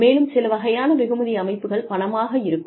மேலும் சில வகையான வெகுமதி அமைப்புகள் பணமாக இருக்கும்